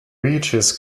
beaches